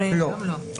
היום לא.